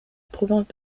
province